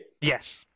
Yes